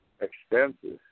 Expenses